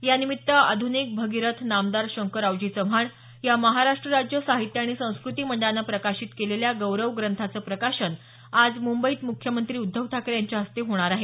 यानिमित्त आधुनिक भगीरथ नामदार शंकररावजी चव्हाण या महाराष्ट्र राज्य साहित्य आणि संस्कृती मंडळानं प्रकाशित केलेल्या गौरवग्रंथाचं प्रकाशन आज मुंबईत मुख्यमंत्री उद्धव ठाकरे यांच्या हस्ते होणार आहे